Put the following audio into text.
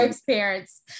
parents